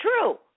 true